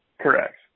Correct